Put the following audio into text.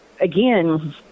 again